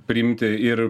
priimti ir